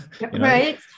Right